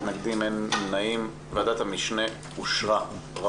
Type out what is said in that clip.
הצבעה אושר ועדת המשנה אושרה פה אחד.